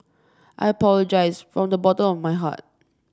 I apologise from the bottom of my heart